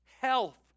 health